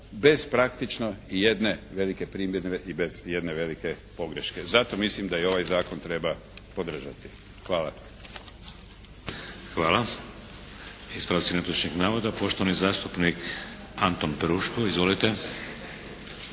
bez praktično ijedne velike primjedbe i bez ijedne velike pogreške. Zato mislim da je i ovaj Zakon treba podržati. Hvala. **Šeks, Vladimir (HDZ)** Hvala. Ispravci netočnih navoda. Poštovani zastupnik Anton Peruško. Izvolite.